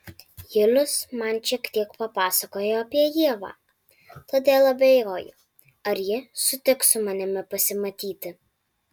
julius man šiek tiek papasakojo apie ievą todėl abejoju ar ji sutiks su manimi pasimatyti